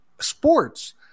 sports